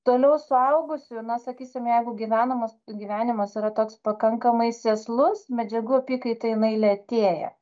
toliau suaugusių na sakysim jeigu gyvenamas gyvenimas yra toks pakankamai sėslus medžiagų apykaita jinai lėtėja